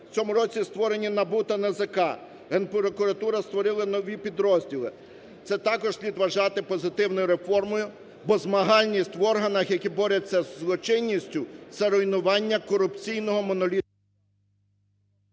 В цьому році створені НАБУ та НАЗК, Генпрокуратура створила нові підрозділі. Це також слід вважати позитивною реформою, бо змагання в органах, які борються з злочинністю, це руйнування корупційного…